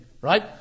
Right